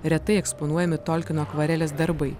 retai eksponuojami tolkino akvarelės darbai